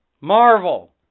Marvel